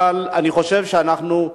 אבל אני חושב שאנחנו,